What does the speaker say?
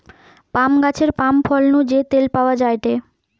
পাম গাছের পাম ফল নু যে তেল পাওয়া যায়টে